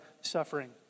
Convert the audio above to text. suffering